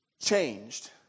changed